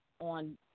on